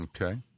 okay